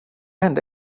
hände